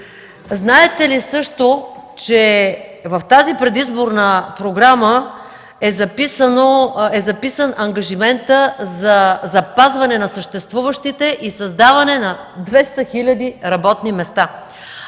Знаете ли също, че в тази предизборна програма е записан ангажиментът за запазване на съществуващите и създаване на 200 хиляди работни места?